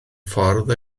ffordd